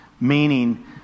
meaning